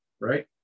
Right